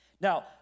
Now